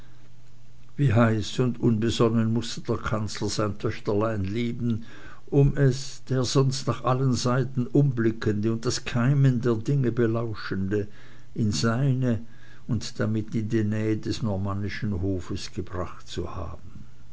wie heiß und unbesonnen mußte der kanzler sein töchterlein lieben um es der sonst nach allen seiten umblickende und das keimen der dinge belauschende in seine und damit in die nähe des normännischen hofes gebracht zu haben